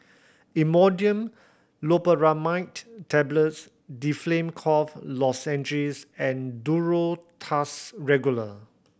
Imodium Loperamide Tablets Difflam Cough Lozenges and Duro Tuss Regular